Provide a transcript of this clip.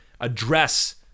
address